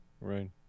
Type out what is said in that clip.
Right